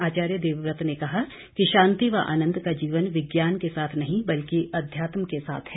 आचार्य देवव्रत ने कहा कि शांति व आनंद का जीवन विज्ञान के साथ नहीं बल्कि आध्यात्म के साथ है